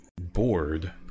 bored